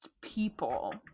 people